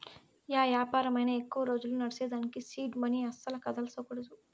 yeah యాపారమైనా ఎక్కువ రోజులు నడ్సేదానికి సీడ్ మనీ అస్సల కదల్సకూడదు